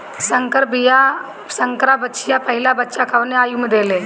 संकर बछिया पहिला बच्चा कवने आयु में देले?